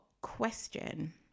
question